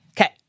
Okay